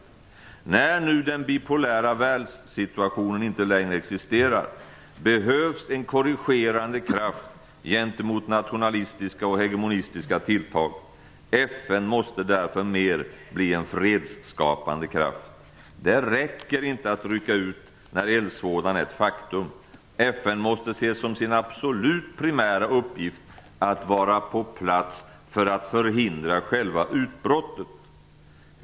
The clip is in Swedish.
Men när nu den bipolära världssituationen inte längre existerar, behövs en korrigerande kraft gentemot nationalistiska och hegemonistiska tilltag. FN måste därför mer bli en fredsskapande kraft. Det räcker inte att rycka ut när eldsvådan är ett faktum. FN måste se som sin absolut primära uppgift att vara på plats för att förhindra själva utbrottet.